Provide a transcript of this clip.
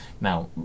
now